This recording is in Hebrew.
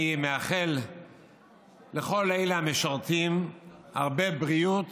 אני מאחל לכל אלה המשרתים הרבה בריאות